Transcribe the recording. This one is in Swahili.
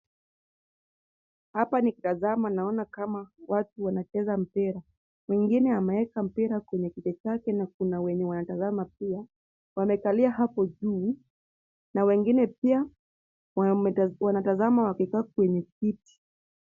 Hapa nikitazama naona kama wagu wanacheza mpira. Mwingine ameeka mpira kwenye kichwa chake na kuna wenye wanatazama pia. Wamekalia hapo juu na wengine pia wanatazama wakikaa kwenye kiti.